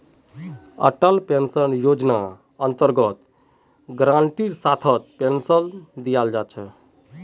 Atal pension योजनार अन्तर्गत गारंटीर साथ पेन्शन दीयाल जा छेक